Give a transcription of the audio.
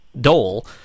dole